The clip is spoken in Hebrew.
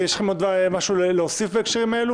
זה משהו שהיה צריך להיות מובן.